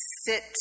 sit